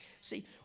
See